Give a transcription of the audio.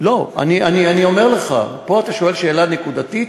לא, אני אומר לך, פה אתה שואל שאלה נקודתית: